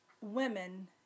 women